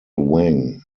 wang